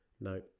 No